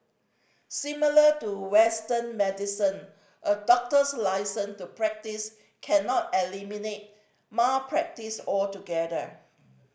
similar to Western medicine a doctor's licence to practise cannot eliminate malpractice altogether